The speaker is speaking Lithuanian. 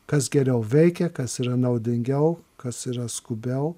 kas geriau veikia kas yra naudingiau kas yra skubiau